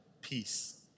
peace